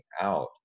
out